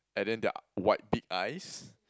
and then their wide big eyes